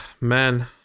Man